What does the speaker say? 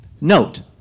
note